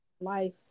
life